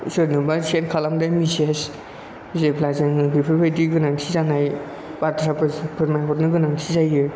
सोरनोबा चेट खालामदों मेसेज जेब्ला जोङो बेफोरबादि गोनांथि जानाय बाथ्राफोर फोरमायहरनो गोनांथि जायो